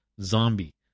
zombie